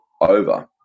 over